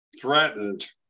threatened